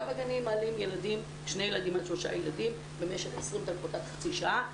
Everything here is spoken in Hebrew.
גם בגנים מעלים שניים עד שלושה ילדים במשך 20 דקות עד חצי שעה.